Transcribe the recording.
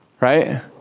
right